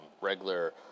regular